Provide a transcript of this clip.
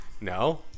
No